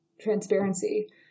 transparency